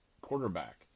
quarterback